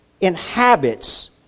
inhabits